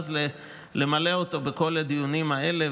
ואז למלא אותו בכל הדיונים האלה,